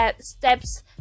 steps